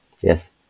Yes